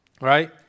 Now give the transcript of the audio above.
right